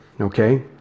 Okay